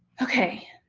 okay.